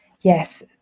Yes